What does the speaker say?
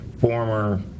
former